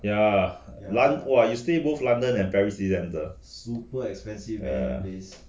ya one !whoa! you stay both london and paris 一样的 ya